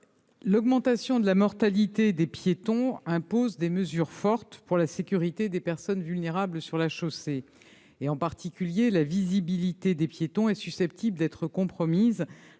L'augmentation de la mortalité des piétons impose des mesures fortes pour la sécurité des personnes vulnérables sur la chaussée. La visibilité des piétons est notamment susceptible d'être compromise